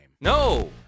No